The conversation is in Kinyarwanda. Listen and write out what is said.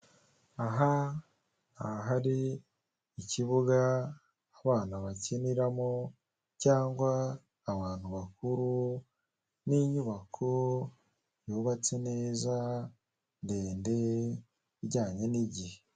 Aha ni ahari ikibuga abana bakiniramo cyangwa abantu bakuru n'inyubako yubatse neza ndende ijyanye n'igihe.